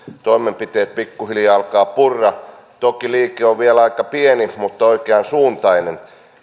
toimenpiteet pikkuhiljaa alkavat purra toki liike on vielä aika pieni mutta oikeansuuntainen